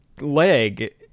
leg